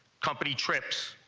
company trips,